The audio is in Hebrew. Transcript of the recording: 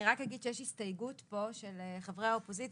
אני רק אגיד שיש פה הסתייגות של חברי האופוזיציה